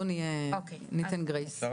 בואו ניתן גרייס.